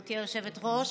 גברתי היושבת-ראש,